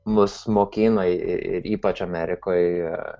mus mokina ir ypač amerikoj